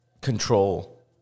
control